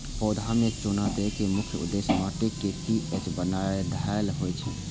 पौधा मे चूना दै के मुख्य उद्देश्य माटिक पी.एच बढ़ेनाय होइ छै